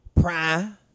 Prime